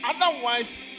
Otherwise